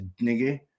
nigga